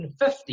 150